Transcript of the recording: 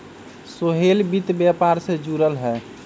सोहेल वित्त व्यापार से जुरल हए